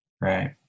right